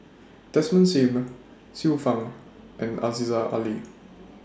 Desmond SIM Xiu Fang and Aziza Ali